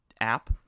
app